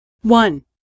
One